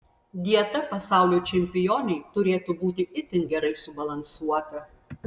dieta pasaulio čempionei turėtų būti itin gerai subalansuota